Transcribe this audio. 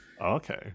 okay